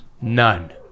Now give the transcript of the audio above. None